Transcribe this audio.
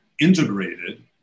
integrated